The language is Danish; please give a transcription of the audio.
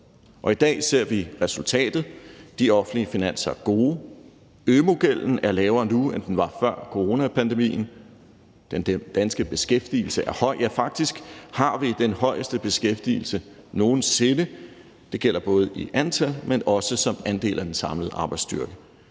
i dag ser vi resultatet: De offentlige finanser er gode, ØMU-gælden er lavere nu, end den var før coronaepidemien, den danske beskæftigelse er høj – ja, faktisk har vi den højeste beskæftigelse nogen sinde, og det gælder både i antal, men også som andel af den samlede arbejdsstyrke.